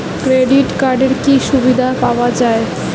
Credit কার্ডের কি কি সুবিধা পাওয়া যায়?